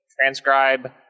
transcribe